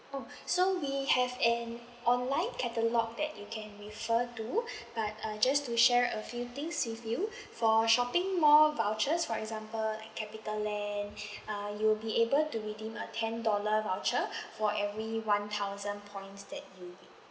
oh so we have an online catalogue that you can refer to but uh just to share a few things with you for shopping mall vouchers for example capitaland uh you'll be able to redeem a ten dollar voucher for every one thousand points that you